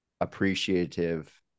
appreciative